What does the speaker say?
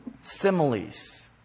similes